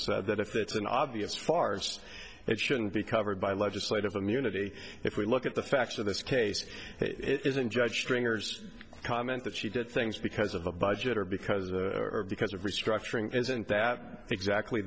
said that if that's an obvious farce it shouldn't be covered by legislative immunity if we look at the facts of this case it isn't judge stringer's comment that she did things because of a budget or because of or because of restructuring isn't that exactly